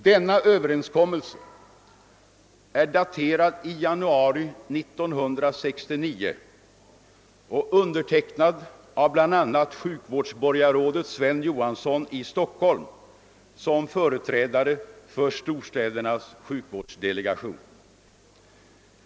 Denna överenskommelse är daterad i januari 1969 och undertecknad av bl.a. sjukvårdsborgarrådet Sven Johansson i Stockholm som företrädare för storstädernas sjukvårdsdelegation.